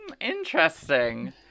interesting